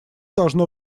должно